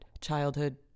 childhood